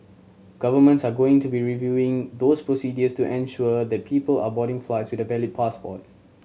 governments are going to be reviewing those procedures to ensure that people are boarding flights with a valid passport